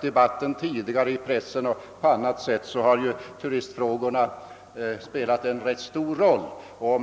debatterna tidigare i pressen och på annat sätt har de spelat en relativt stor roll.